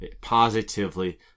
positively